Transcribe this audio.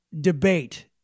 debate